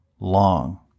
Long